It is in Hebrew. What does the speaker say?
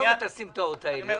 עזוב את הסמטאות האלה.